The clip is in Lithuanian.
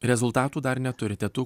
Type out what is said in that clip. rezultatų dar neturite tų